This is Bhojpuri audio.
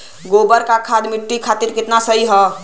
गोबर क खाद्य मट्टी खातिन कितना सही ह?